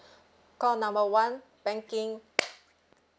call number one banking